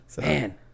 Man